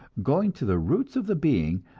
going to the roots of the being,